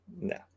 no